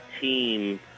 team